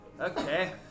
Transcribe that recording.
Okay